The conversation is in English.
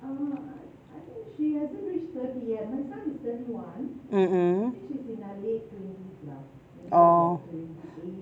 mm mm orh